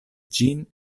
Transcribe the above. ĝin